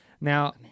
Now